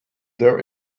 there